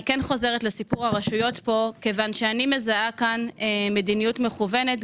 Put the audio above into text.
אני חוזרת לסיפור הרשויות פה כי אני מזהה פה מדיניות מכוונת.